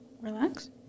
relax